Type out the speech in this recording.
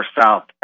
south